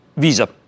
Visa